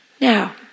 Now